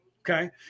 Okay